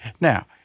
Now